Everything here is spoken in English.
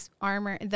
armor